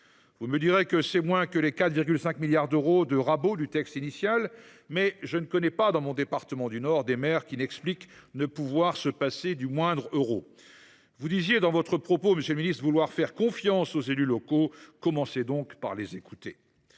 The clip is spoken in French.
Vous me direz que c’est moins que les 4,5 milliards d’euros de rabot du texte initial, mais je ne connais aucun maire dans mon département du Nord qui avoue pouvoir se passer du moindre euro. Vous disiez dans votre propos liminaire, monsieur le ministre, vouloir faire confiance aux élus locaux : commencez donc par les écouter.